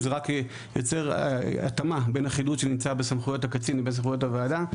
זה רק יוצר התאמה בין החידוד שנמצא בסמכויות הקצין לבין סמכויות הוועדה.